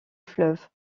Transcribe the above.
fleuve